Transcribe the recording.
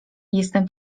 jestem